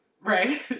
Right